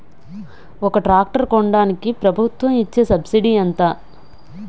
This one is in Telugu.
ఒక ట్రాక్టర్ కొనడానికి ప్రభుత్వం ఇచే సబ్సిడీ ఎంత?